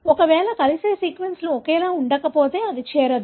ఒకవేళ కలిసే సీక్వెన్స్లు ఒకేలా ఉండకపోతే అది చేరదు